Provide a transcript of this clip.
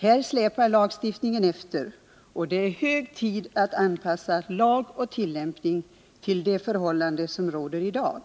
Här släpar lagstiftningen efter, och det är hög tid att anpassa lag och tillämpning till det förhållande som råder i dag,